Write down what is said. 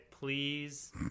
please